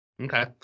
Okay